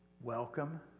welcome